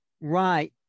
Right